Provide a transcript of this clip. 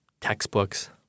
textbooks